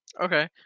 okay